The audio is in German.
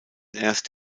erst